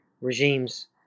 regime's